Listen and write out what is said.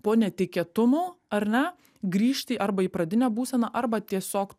po netikėtumų ar ne grįžti arba į pradinę būseną arba tiesiog